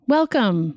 Welcome